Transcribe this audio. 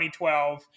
2012